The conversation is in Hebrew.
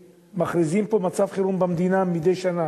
שמכריזים פה מצב חירום במדינה מדי שנה